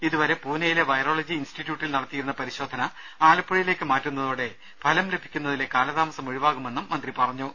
ഇതുവരെ പൂനെയിലെ വൈറോളജി ഇൻസ്റ്റിറ്റ്യൂട്ടിൽ നടത്തിയിരുന്ന പരിശോധന ആലപ്പുഴയിലേക്ക് മാറ്റുന്നതോടെ ഫലം ലഭിക്കുന്നതിലെ കാലതാമസം ഒഴിവാകുമെന്നും മന്ത്രി പറഞ്ഞു